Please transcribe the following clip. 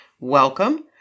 Welcome